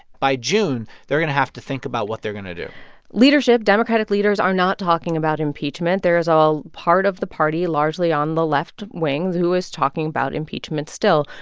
by june, they're going to have to think about what they're going to do leadership democratic leaders are not talking about impeachment. there is a part of the party, largely on the left wing, who is talking about impeachment still.